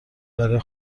برای